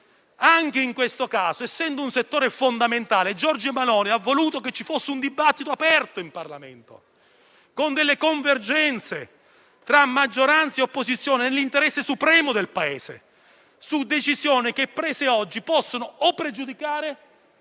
Anche in questo caso, essendo un settore fondamentale, Giorgia Meloni ha voluto che ci fosse un dibattito aperto in Parlamento, con delle convergenze tra maggioranza e opposizione, nell'interesse supremo del Paese, su decisioni che - prese oggi - possono pregiudicare